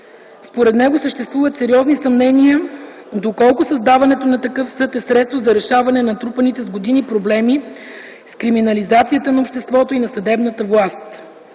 Според него съществуват сериозни съмнения доколко създаването на такъв съд е средство за решаване на натрупаните с годините проблеми с криминализацията на обществото и на съдебната власт.